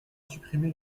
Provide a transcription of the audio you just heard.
supprimé